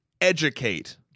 educate